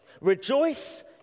Rejoice